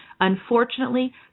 Unfortunately